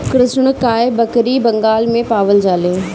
कृष्णकाय बकरी बंगाल में पावल जाले